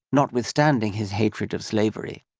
notwithstanding his hatred of slavery.